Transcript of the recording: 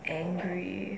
angry